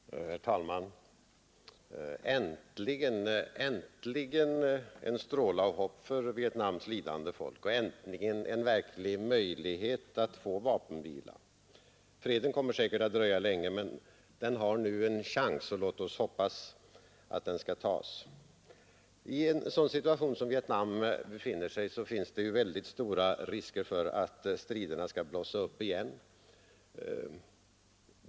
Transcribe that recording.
Herr talman! Äntligen, äntligen en stråle av hopp för Vietnams folk och äntligen en verklig möjlighet att få vapenvila! Freden kommer säkert att dröja länge, men den har nu en chans och låt oss hoppas att man tar den chansen. I den situation som råder i Vietnam finns det stora risker för att striderna skall blossa upp igen.